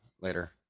later